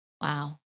Wow